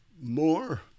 more